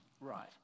Right